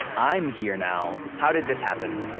i'm here now. how did this happen?